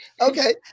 Okay